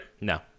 No